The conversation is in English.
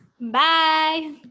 Bye